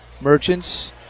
Merchants